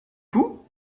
fous